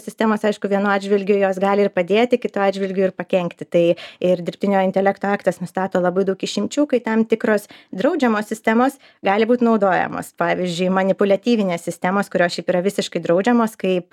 sistemos aišku vienu atžvilgiu jos gali ir padėti kitu atžvilgiu ir pakenkti tai ir dirbtinio intelekto aktas nustato labai daug išimčių kai tam tikros draudžiamos sistemos gali būt naudojamos pavyzdžiui manipuliatyvinės sistemos kurios šiaip yra visiškai draudžiamos kaip